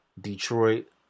Detroit